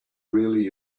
really